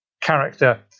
character